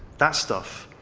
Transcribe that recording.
that stuff,